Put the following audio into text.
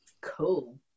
cool